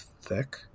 thick